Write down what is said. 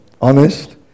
honest